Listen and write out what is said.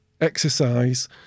exercise